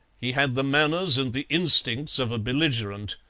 he had the manners and the instincts of a belligerent.